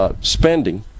spending